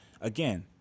again